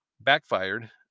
backfired